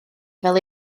fel